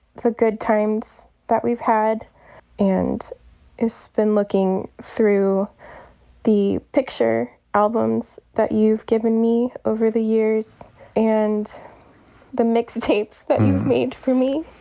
the good times that we've had and you spend looking through the picture albums that you've given me over the years and the mix tapes that you've made for me